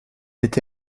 été